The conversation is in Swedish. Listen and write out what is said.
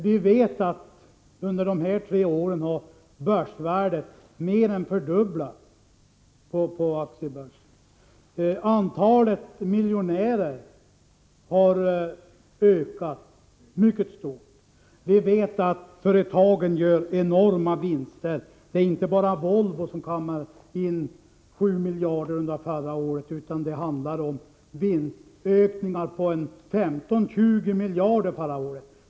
Vi vet att börsvärdet under de här tre åren har mer än fördubblats. Antalet miljonärer har ökat mycket kraftigt. Vi vet att företagen gör enorma vinster. Det handlar inte bara om Volvo, som kammade hem 7 miljarder under förra året. Det handlar om vinstökningar på 15-20 miljarder under förra året.